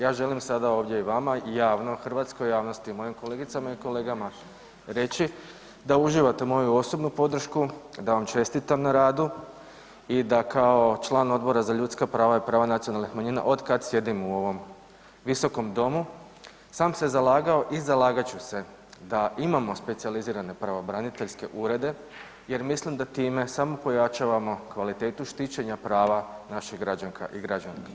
Ja želim sada ovdje i vama i javno hrvatskoj javnosti i mojim kolegicama i kolegama reći da uživate moju osobnu podršku, da vam čestitam na radu i da kao član Odbora za ljudska prava i prava nacionalnih manjina otkad sjedim u ovom visokom domu sam se zalagao i zalagat ću se da imamo specijalizirane pravobraniteljske urede jer mislim da time samo pojačavamo kvalitetu štićenja prava naših građanka i građanki.